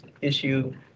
issue